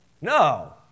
No